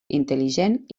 intel·ligent